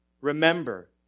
remember